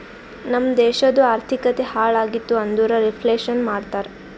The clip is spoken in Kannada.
ನಮ್ ದೇಶದು ಆರ್ಥಿಕತೆ ಹಾಳ್ ಆಗಿತು ಅಂದುರ್ ರಿಫ್ಲೇಷನ್ ಮಾಡ್ತಾರ